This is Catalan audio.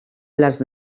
les